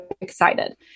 excited